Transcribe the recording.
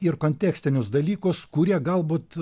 ir kontekstinius dalykus kurie galbūt